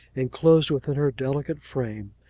inclosed within her delicate frame,